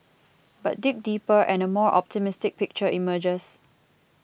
but dig deeper and a more optimistic picture emerges